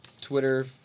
Twitter